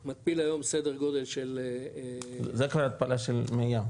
מתפיל היום סדר גודל של --- זה כבר התפלה של מי ים,